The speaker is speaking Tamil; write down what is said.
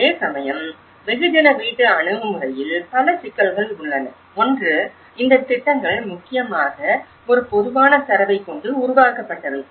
அதேசமயம் வெகுஜன வீட்டு அணுகுமுறையில் பல சிக்கல்கள் உள்ளன ஒன்று இந்த திட்டங்கள் முக்கியமாக ஒரு பொதுவான தரவைக் கொண்டு உருவாக்கப்பட்டவை